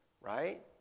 right